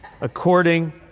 according